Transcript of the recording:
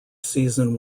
season